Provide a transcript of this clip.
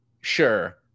sure